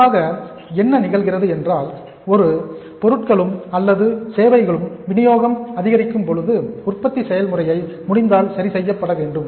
பொதுவாக என்ன நிகழ்கிறது என்றால் எந்த ஒரு பொருட்களும் அல்லது சேவைகளும் விநியோகம் அதிகரிக்கும்போது உற்பத்தி செயல்முறையை முடிந்தால் சரிசெய்யப்பட வேண்டும்